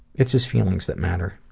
it's his feelings that matter.